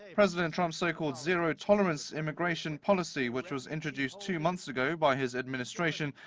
president trump's so-called zero tolerance immigration policy, which was introduced two months ago by his administration,